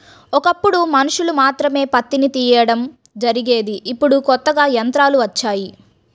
ఒకప్పుడు మనుషులు మాత్రమే పత్తిని తీయడం జరిగేది ఇప్పుడు కొత్తగా యంత్రాలు వచ్చాయి